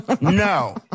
No